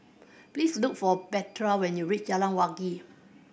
please look for Petra when you reach Jalan Wangi